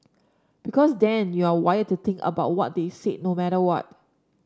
because then you're wired to think about what they said no matter what